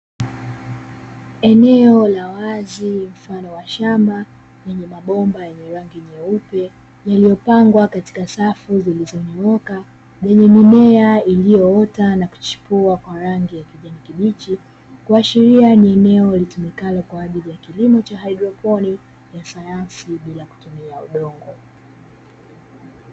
Eneo la wazi mfano wa shamba, lenye mabomba yenye rangi nyeupe, yaliyopangwa katika safu zilizonyooka, lenye mimea iliyoota na kuchipua kwa rangi ya kijani kibichi, kuashiria ni eneo litumikalo kwa ajili ya kilimo cha haidroponi, ya sayansi bila ya kutumia udongo.